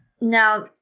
Now